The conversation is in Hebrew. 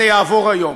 זה יעבור היום,